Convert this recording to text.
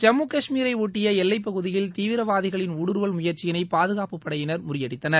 ஜம்மு கஷ்மீரை ஒப்டிய எல்லைப்பகுதியில் தீவிரவாதிகளின் ஊடுருவல் முயற்சியினை பாதுகாப்புப்படையினர் முறியடித்தனர்